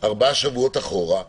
ארבעה שבועות אחורה,